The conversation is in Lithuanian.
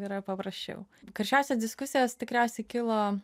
yra paprasčiau karščiausios diskusijos tikriausiai kilo